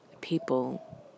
people